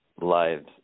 lives